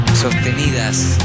sostenidas